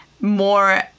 more